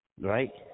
Right